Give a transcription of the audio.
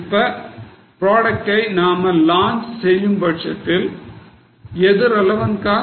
இப்ப ப்ராடக்டை நாம launch செய்யும் பட்சத்தில் எது relevant costs